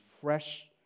fresh